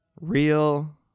real